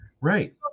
Right